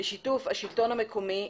בשיתוף השלטון המקומי,